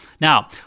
Now